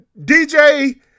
DJ